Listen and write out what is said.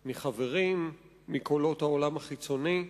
מחברים, מקולות העולם החיצוני.